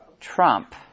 trump